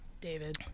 David